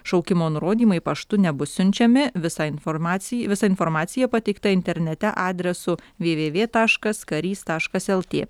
šaukimo nurodymai paštu nebus siunčiami visą informaci visa informacija pateikta internete adresu www taškas karys taškas lt